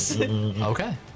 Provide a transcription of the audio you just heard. Okay